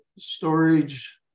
storage